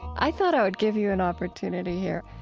i thought i would give you an opportunity here.